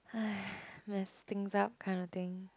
mess things up can't think